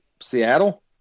Seattle